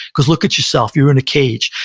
because look at yourself. you're in a cage.